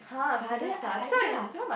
but then I I ya